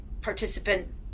participant